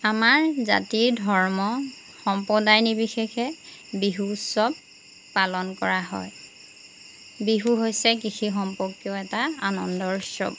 আমাৰ জাতি ধৰ্ম সম্প্ৰদায় নিৰ্বিশেষে বিহু উৎসৱ পালন কৰা হয় বিহু হৈছে কৃষি সম্পৰ্কীয় এটা অনন্দৰ উৎসৱ